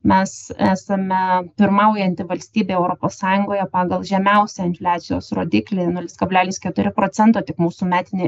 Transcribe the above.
mes esame pirmaujanti valstybė europos sąjungoje pagal žemiausią infliacijos rodiklį nulis kablelis keturi procento tik mūsų metinė